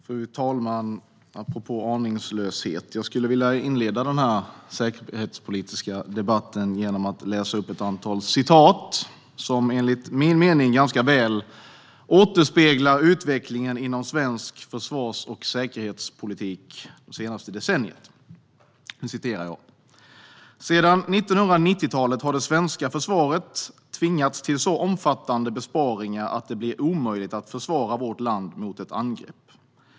Fru talman! Apropå aningslöshet skulle jag vilja inleda mitt bidrag till den här säkerhetspolitiska debatten genom att läsa upp ett antal citat som enligt min mening ganska väl återspeglar utvecklingen inom svensk försvars och säkerhetspolitik det senaste decenniet. Jag citerar: Sedan 1990-talet har det svenska försvaret tvingats till så omfattande besparingar att det blir omöjligt att försvara vårt land mot ett angrepp.